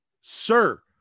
sir